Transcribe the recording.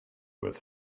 with